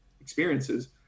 experiences